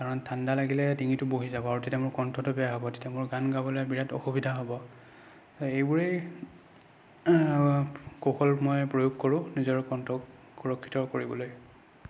কাৰণ ঠাণ্ডা লাগিলে ডিঙটো বহি যাব আৰু তেতিয়া মোৰ কণ্ঠটো বেয়া হ'ব তেতিয়া মোৰ গান গাবলৈ বিৰাট অসুবিধা হ'ব এইবোৰেই কৌশল মই প্ৰয়োগ কৰোঁ নিজৰ কণ্ঠক সুৰক্ষিত কৰিবলৈ